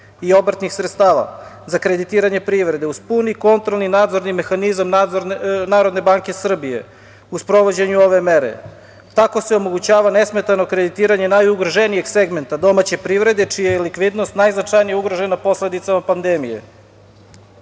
i obrtnih sredstava za kreditiranje privrede, uz puni kontrolni nadzorni mehanizam NBS u sprovođenju ove mere. Tako se omogućava nesmetano kreditiranje najugroženijeg segmenta domaće privrede, čija je likvidnost najznačajnije ugrožena posledicama pandemije. Moram